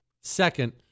Second